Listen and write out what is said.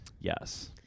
Yes